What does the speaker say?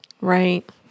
Right